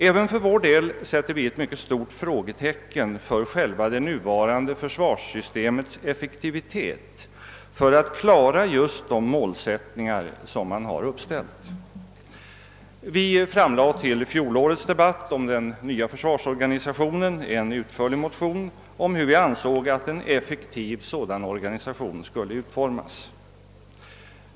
Även vi sätter för vår del ett mycket stort frågetecken för det nuvarande försvarssystemets effektivitet för att klara just de målsättningar som uppställts. Vi framlade till fjolårets debatt om den nya försvarsorganisationen en utförlig. motion om hur vi ansåg att en effektiv sådan organisation skulle utformas.